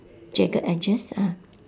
jagged edges ah